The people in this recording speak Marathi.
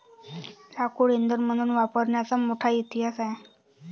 लाकूड इंधन म्हणून वापरण्याचा मोठा इतिहास आहे